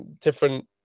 different